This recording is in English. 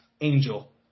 Angel